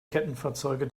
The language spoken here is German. kettenfahrzeuge